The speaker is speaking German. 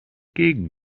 gegen